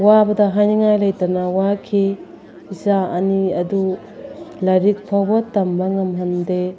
ꯋꯥꯕꯗ ꯍꯥꯏꯅꯤꯡꯉꯥꯏ ꯂꯩꯇꯅ ꯋꯥꯈꯤ ꯏꯆꯥ ꯑꯅꯤ ꯑꯗꯨ ꯂꯥꯏꯔꯤꯛ ꯐꯥꯎꯕ ꯇꯝꯕ ꯉꯝꯍꯟꯗꯦ